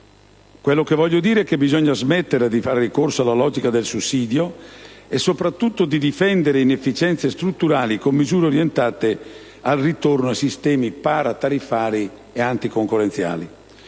logiche. Voglio dire che bisogna smetterla di fare ricorso alla logica del sussidio e soprattutto di difendere inefficienze strutturali con misure orientate al ritorno a sistemi paratariffari e anticoncorrenziali.